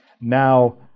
Now